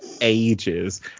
ages